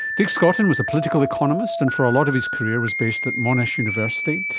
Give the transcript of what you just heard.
dick scotton was a political economist, and for a lot of his career was based at monash university,